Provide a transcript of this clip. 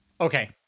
okay